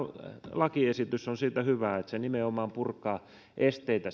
lakiesitys on siitä hyvä että se nimenomaan purkaa esteitä